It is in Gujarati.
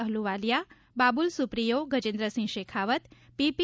આહલુવાલીયા બાબુલ સુપ્રિયો ગજેન્દ્રસિંઘ શેખાવત પીપી